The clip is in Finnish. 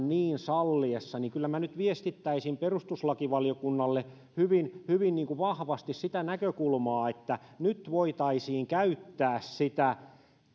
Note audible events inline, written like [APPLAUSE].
[UNINTELLIGIBLE] niin salliessa niin kyllä minä nyt viestittäisin perustuslakivaliokunnalle hyvin hyvin vahvasti sitä näkökulmaa että nyt voitaisiin käyttää sitä